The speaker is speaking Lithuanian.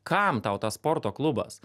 kam tau tas sporto klubas